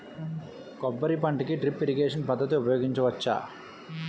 కొబ్బరి పంట కి డ్రిప్ ఇరిగేషన్ పద్ధతి ఉపయగించవచ్చా?